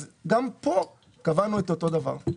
גם פה קבענו את אותו דבר.